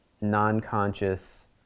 non-conscious